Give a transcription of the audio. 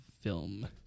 film